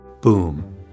boom